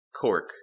Cork